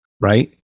right